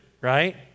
right